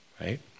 Right